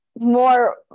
more